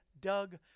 Doug